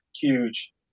huge